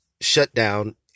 shutdown